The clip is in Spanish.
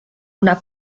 una